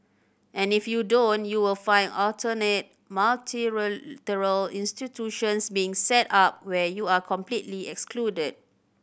and if you don't you will find alternate multilateral institutions being set up where you are completely excluded